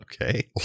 Okay